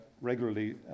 regularly